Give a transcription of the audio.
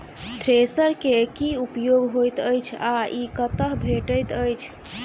Thresher केँ की उपयोग होइत अछि आ ई कतह भेटइत अछि?